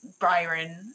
Byron